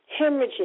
hemorrhaging